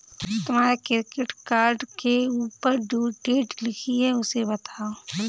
तुम्हारे credit card के ऊपर ड्यू डेट लिखी है उसे बताओ